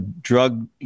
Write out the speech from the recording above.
drug